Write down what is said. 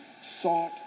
sought